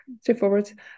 straightforward